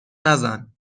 نزن